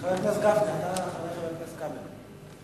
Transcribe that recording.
חבר הכנסת משה גפני.